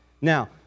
Now